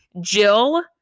Jill